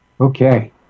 Okay